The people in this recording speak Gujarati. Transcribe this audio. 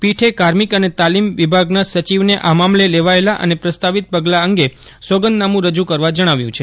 પીઠે કાર્મિક અને તાલિમ વિભાગના સચિવને આ મામલે લેવાયેલા અને પ્રસ્તાવિત પગલાં અંગે સોગંદનામુ રજૂ કરવા જણાવ્યું છે